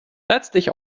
letztlich